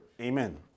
Amen